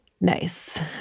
nice